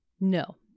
No